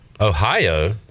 Ohio